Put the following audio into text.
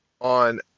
on